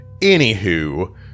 anywho